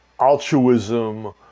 altruism